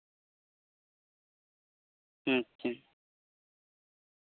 ᱦᱩᱸ ᱦᱩᱸ